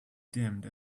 dimmed